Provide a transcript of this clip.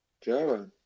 Java